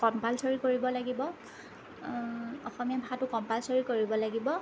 compulsory কৰিব লাগিব অসমীয়া ভাষাটো কম্পালছৰী কৰিব লাগিব